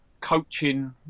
coaching